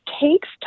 takes